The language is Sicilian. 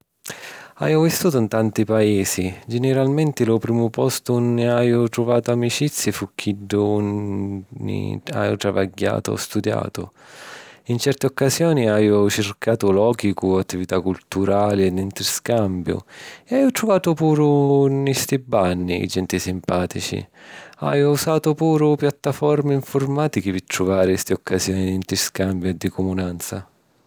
Haju vissutu ‘n tanti paisi. Giniralmenti, lu primu postu unni haju truvatu amicizi fu chiddu unni haju travagghiatu o studiatu. ‘N certi occasioni haju circatu lochi cu attività culturali e d’interscambiu, e haju truvatu puru nni sti banni genti simpàtici. Haju usatu puru piattaformi ‘nfurmàtichi pi truvari sti occasioni di interscambiu e di cumunanza.